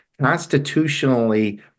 constitutionally